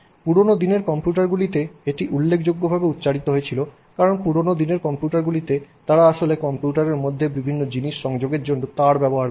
পুরানো দিনের কম্পিউটারগুলিতে এটি উল্লেখযোগ্যভাবে উচ্চারিত হয়েছিল কারণ পুরানো দিনের কম্পিউটারগুলিতে তারা আসলে কম্পিউটারের মধ্যে বিভিন্ন জিনিস সংযোগের জন্য তার ব্যবহার করত